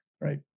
right